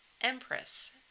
Empress